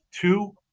Two